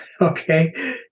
okay